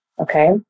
Okay